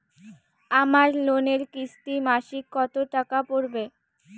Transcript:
আমার লোনের কিস্তি মাসিক কত টাকা পড়বে?